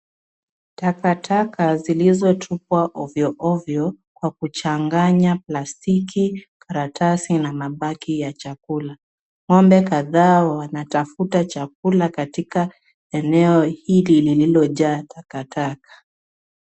Takataka zilizotupwa ovyo ovyo kwa kuchanganya plastiki, karatasi na mabaki ya chakula. Ng'ombe kadhaa wanatafuta chakula katika eneo hili lililojaa takataka.